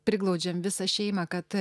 priglaudžiam visą šeimą kad